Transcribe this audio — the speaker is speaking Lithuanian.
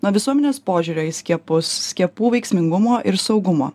nuo visuomenės požiūrio į skiepus skiepų veiksmingumo ir saugumo